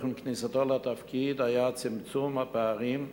עם כניסתו לתפקיד היה צמצום הפערים,